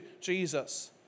Jesus